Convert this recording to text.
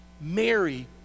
Mary